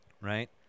Right